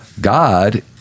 God